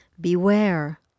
beware